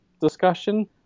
discussion